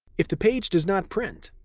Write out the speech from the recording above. if the page does not print,